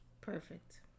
perfect